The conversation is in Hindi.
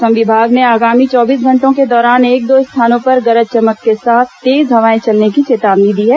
मौसम विभाग ने आगामी चौबीस घंटों के दौरान एक दो स्थानों पर गरज चमक के साथ तेज हवाएं चलने की चेतावनी दी हैं